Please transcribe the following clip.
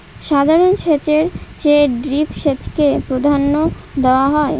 সাধারণ সেচের চেয়ে ড্রিপ সেচকে প্রাধান্য দেওয়া হয়